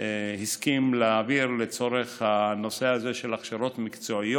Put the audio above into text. הסכים להעביר לצורך הנושא של הכשרות מקצועיות.